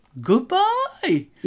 goodbye